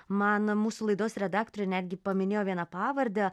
mūsų laidos redaktoriai netgi paminėjo vieną pavardę